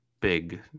big